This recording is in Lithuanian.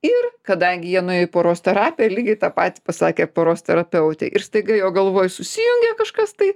ir kadangi jie nuėjo į poros terapiją lygiai tą patį pasakė poros terapeutė ir staiga jo galvoj susijungė kažkas tai